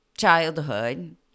childhood